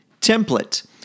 template